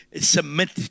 submit